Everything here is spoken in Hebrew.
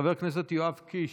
חבר הכנסת יואב קיש,